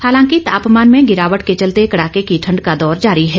हालांकि तापमान में गिरावट के चलते कडाके की ठंड का दौर जारी है